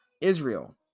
Israel